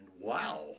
wow